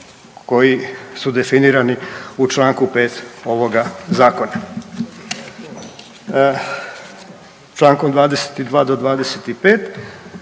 koji su definirani u čl. 5 ovoga Zakona. Čl. 22-25